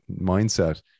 mindset